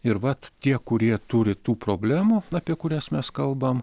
ir vat tie kurie turi tų problemų apie kurias mes kalbam